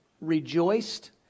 rejoiced